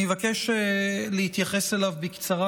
אני מבקש להתייחס אליו בקצרה.